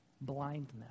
blindness